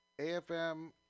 AFM